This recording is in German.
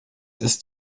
ist